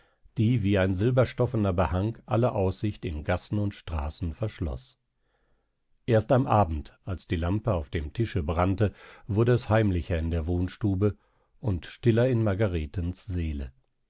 die wie ein silberstoffener behang alle aussicht in gassen und straßen verschloß erst am abend als die lampe auf dem tische brannte wurde es heimlicher in der wohnstube und stiller in margaretens seele